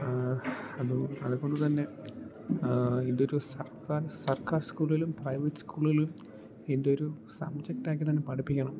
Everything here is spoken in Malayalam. അത് അതുകൊണ്ട് തന്നെ ഇതൊരു സർക്കാർ സർക്കാർ സ്കൂളിലും പ്രൈവറ്റ് സ്കൂളിലും ഇതിന്റെ ഒരു സബ്ജെക്റ്റാക്കി തന്നെ പഠിപ്പിക്കണം